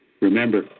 Remember